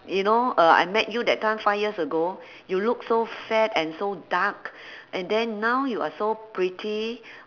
you know uh I met you that time five years ago you look so fat and so dark and then now you are so pretty